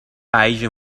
beige